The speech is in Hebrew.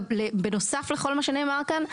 בנוסף לכל מה שנאמר כאן,